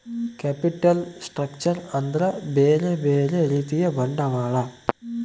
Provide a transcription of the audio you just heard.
capital structure ಅಂದ್ರ ಬ್ಯೆರೆ ಬ್ಯೆರೆ ರೀತಿಯ ಬಂಡವಾಳ